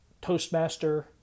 Toastmaster